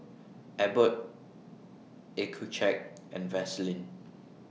Abbott Accucheck and Vaselin